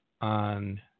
on